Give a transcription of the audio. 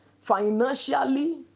financially